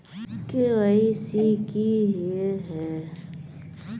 KYC की हिये है?